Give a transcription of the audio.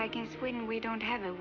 i guess when we don't have a